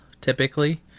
typically